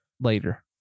later